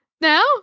Now